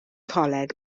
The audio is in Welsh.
coleg